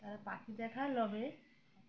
তার পাখি দেখার লোভে